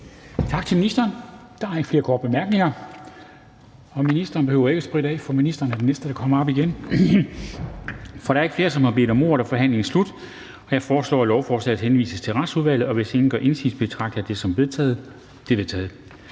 Tak til ministeren. Der er ikke flere korte bemærkninger. Ministeren behøver ikke at spritte af, for ministeren er også den næste, der skal tale. Da der er ikke flere, som har bedt om ordet, er forhandlingen er sluttet. Jeg foreslår, at lovforslaget henvises til Retsudvalget, og hvis ingen gør indsigelse, betragter jeg det som vedtaget. Det er vedtaget.